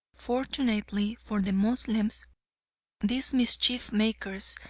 fortunately for the moslems these mischief-makers,